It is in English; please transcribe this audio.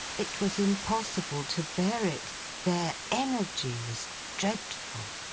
it was impossible to bear it their energy was dreadful.